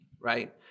right